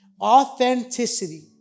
Authenticity